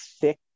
thick